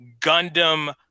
Gundam